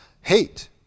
hate